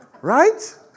Right